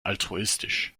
altruistisch